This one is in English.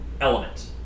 Element